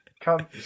Come